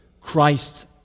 Christ's